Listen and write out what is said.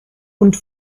und